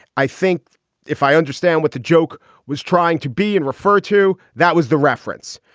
i think if i understand what the joke was trying to be and refer to, that was the reference.